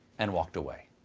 and walked away.